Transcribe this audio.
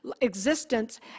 existence